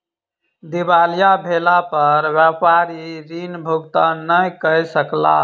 दिवालिया भेला पर व्यापारी ऋण भुगतान नै कय सकला